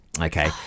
Okay